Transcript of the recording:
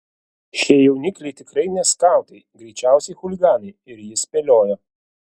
šie jaunikliai tikrai ne skautai greičiausiai chuliganai ir jis spėliojo